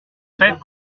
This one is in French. faites